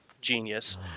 genius